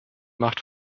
macht